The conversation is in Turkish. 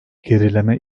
gerileme